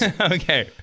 Okay